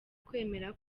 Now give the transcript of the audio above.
kwemera